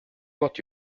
what